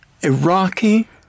Iraqi